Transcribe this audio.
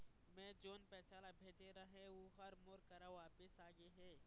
मै जोन पैसा ला भेजे रहें, ऊ हर मोर करा वापिस आ गे हे